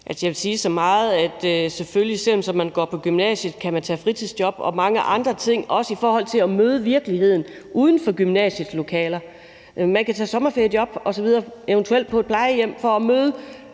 jeg vil sige så meget, at selvfølgelig, selv om man går på gymnasiet, kan man tage fritidsjob og gøre mange andre ting også i forhold til at møde virkeligheden uden for gymnasiets lokaler. Man kan tage sommerferiejob osv., eventuelt på et plejehjem, for også der